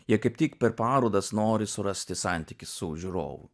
jie kaip tik per parodas nori surasti santykį su žiūrovu